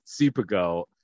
Supergirl